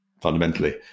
fundamentally